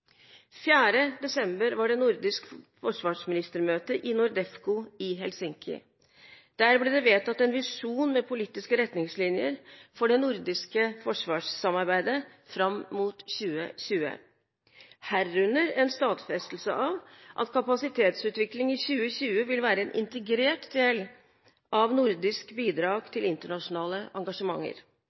4. desember var det nordisk forsvarsministermøte i NORDEFCO i Helsinki. Der ble det vedtatt en visjon med politiske retningslinjer for det nordiske forsvarssamarbeidet fram mot 2020, herunder en stadfestelse av at kapasitetsutvikling i 2020 vil være en integrert del av nordisk bidrag til internasjonale engasjementer,